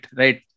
right